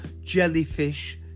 jellyfish